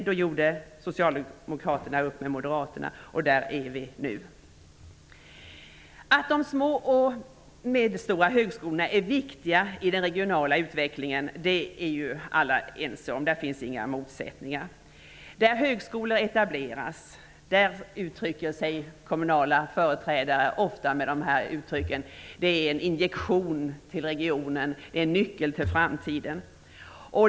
Då gjorde Socialdemokraterna upp med Moderaterna, och där är vi nu. Att de små och medelstora högskolorna är viktiga i den regionala utvecklingen är alla ense om. Där finns inga motsättningar. Där högskolor etableras uttrycker sig kommunala företrädare ofta så här: Det är en injektion i regionen och en nyckel till framtiden.